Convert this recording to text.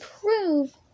prove